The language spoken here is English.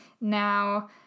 now